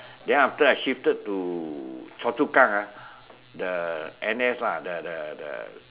then after that I shifted to Choa-Chu-Kang ah the N_S lah the the